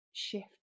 shift